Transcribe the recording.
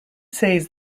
says